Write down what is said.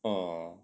uh